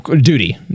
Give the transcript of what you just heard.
duty